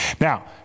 Now